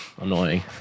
annoying